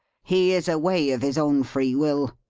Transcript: he is away of his own free will.